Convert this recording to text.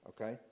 okay